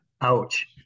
Ouch